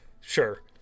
Sure